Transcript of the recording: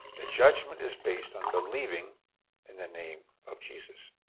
the judgment is based on believing in the name of jesus.